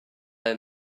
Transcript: ble